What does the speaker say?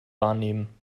wahrnehmen